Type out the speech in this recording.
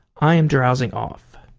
i am drowsing off.